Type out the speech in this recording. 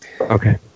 Okay